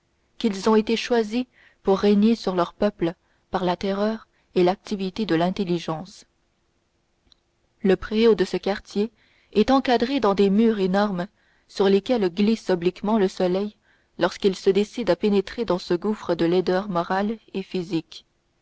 qu'ils ont été choisis pour régner sur leur peuple par la terreur et l'activité de l'intelligence le préau de ce quartier est encadré dans des murs énormes sur lesquels glisse obliquement le soleil lorsqu'il se décide à pénétrer dans ce gouffre de laideurs morales et physiques